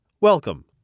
welcome